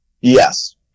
Yes